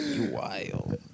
Wild